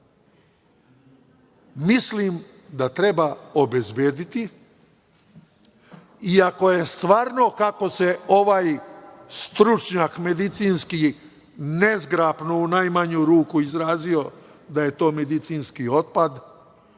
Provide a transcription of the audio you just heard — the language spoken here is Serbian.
Mislim da treba obezbediti, iako je stvarno kako se ovaj stručnjak medicinski nezgrapno u najmanju ruku izrazio da je to medicinski otpad,